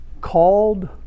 called